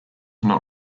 not